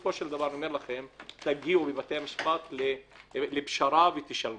ובסופו של דבר תגיעו לבתי המשפט לפשרה ותשלמו.